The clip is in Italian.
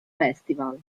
festival